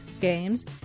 games